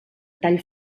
tall